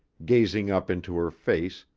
gazing up into her face,